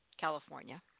California